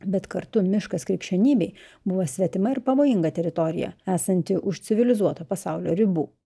bet kartu miškas krikščionybei buvo svetima ir pavojinga teritorija esanti už civilizuoto pasaulio ribų